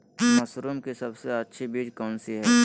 Mushroom की सबसे अच्छी बीज कौन सी है?